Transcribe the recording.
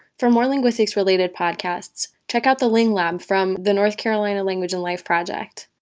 for more linguistics related podcasts, check out the linglab from the north carolina language and life project.